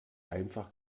einfach